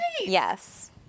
Yes